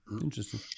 interesting